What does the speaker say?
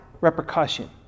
repercussion